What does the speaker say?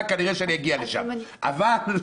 אם זה לא